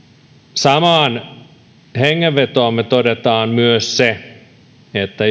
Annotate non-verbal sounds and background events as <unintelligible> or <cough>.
samaan hengenvetoon me toteamme myös sen että <unintelligible>